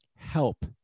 help